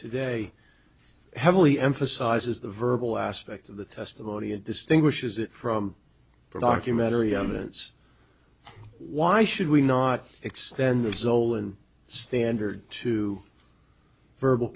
today heavily emphasizes the verbal aspect of the testimony and distinguishes it from the documentary evidence why should we not extend the zola standard to verbal